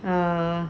uh